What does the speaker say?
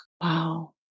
Wow